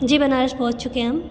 जी बनारस पहुंच चुके हम